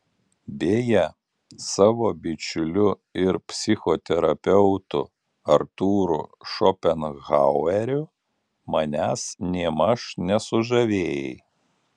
beje savo bičiuliu ir psichoterapeutu artūru šopenhaueriu manęs nėmaž nesužavėjai